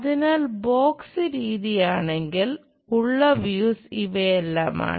അതിനാൽ ബോക്സ് രീതിയാണെങ്കിൽ ഉള്ള വ്യൂസ് ഇവയെല്ലാമാണ്